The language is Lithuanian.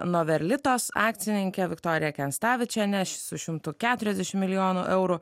noverlitos akcininkę viktoriją kenstavičienę su šimtu keturiasdešimt milijonų eurų